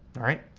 alright?